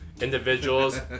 individuals